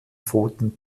pfoten